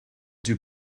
dyw